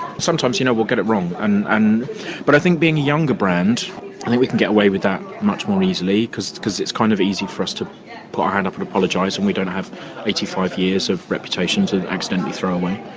sometimes you know we'll get it wrong. and and but i think being a younger brand, i think we can get away with that much more easily, because because it's kind of easy for us to put our hand up and apologise, and we don't have eighty five years of reputation to accidentally throw away.